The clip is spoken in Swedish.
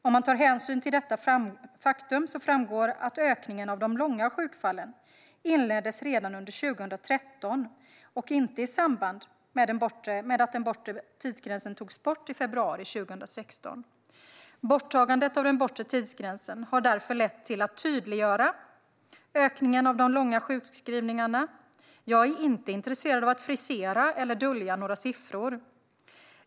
Om man tar hänsyn till detta faktum framgår att ökningen av de långa sjukfallen inleddes redan under 2013 och inte i samband med att den bortre tidsgränsen togs bort i februari 2016. Borttagandet av den bortre tidsgränsen har därför bidragit till att tydliggöra ökningen av de långa sjukskrivningarna - jag är inte intresserad av att frisera eller dölja några siffror.